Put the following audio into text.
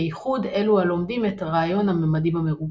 בייחוד אלו הלומדים את רעיון הממדים המרובים.